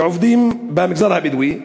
שעובדים במגזר הבדואי,